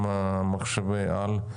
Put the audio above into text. גם מחשבי עולם.